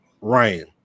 Ryan